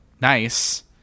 nice